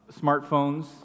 smartphones